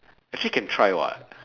actually can try [what]